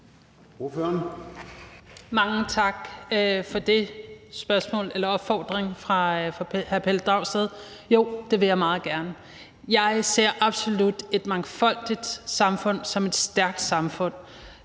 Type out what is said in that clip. Mange tak for den opfordring fra hr. Pelle Dragsted. Jo, det vil jeg meget gerne. Jeg ser absolut et mangfoldigt samfund som et stærkt samfund.